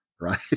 right